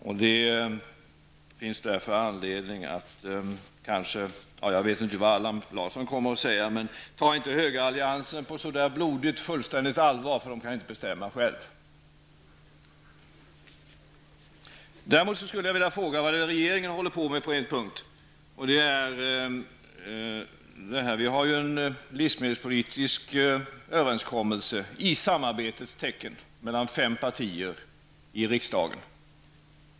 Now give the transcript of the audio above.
Jag vet inte vad Allan Larsson kommer att säga, men ta inte högeralliansen på så blodigt och fullständigt allvar, för de kan inte bestämma själva. Däremot skulle jag vilja fråga vad det är regeringen håller på med på en punkt. Vi har en livsmedelspolitisk överenskommelse, i samarbetets tecken, mellan fem partier i riksdagen.